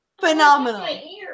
Phenomenal